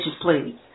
please